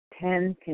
Ten